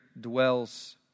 dwells